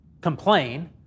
complain